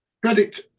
credit